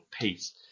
peace